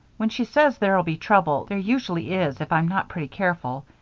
when she says there'll be trouble, there usually is, if i'm not pretty careful.